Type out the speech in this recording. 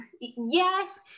Yes